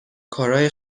کارای